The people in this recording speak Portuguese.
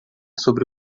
sobre